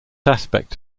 aspect